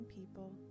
people